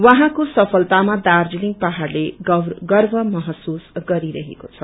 उहाँको सफलतामा दार्जीलिङ पहाड़ले गर्व महसूस गरिरहेको छ